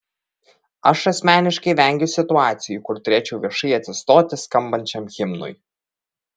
aš asmeniškai vengiu situacijų kur turėčiau viešai atsistoti skambant šiam himnui